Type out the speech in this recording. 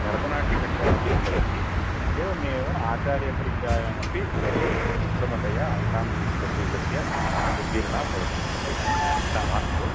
भरतनाट्यकक्षा अपि भवति एवमेव आचार्यपरीक्षायामपि भवति उत्तमतया अङ्कान् स्वीकृ स्वीकृत्य उत्तीर्णा भवति आ चिन्ता मास्तु